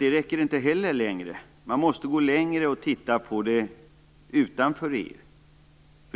räcker inte heller längre. Man måste gå längre och titta på detta utanför EU.